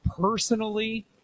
personally